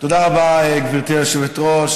תודה רבה, גברתי היושבת-ראש.